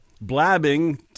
blabbing